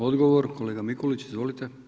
Odgovor kolega Mikulić izvolite.